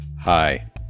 Hi